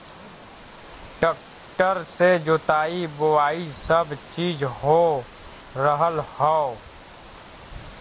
tractor से जोताई बोवाई सब चीज हो रहल हौ